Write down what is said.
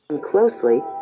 closely